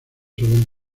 suelen